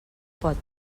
pot